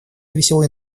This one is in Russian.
веселый